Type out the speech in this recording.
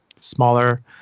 smaller